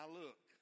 look